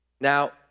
Now